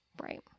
Right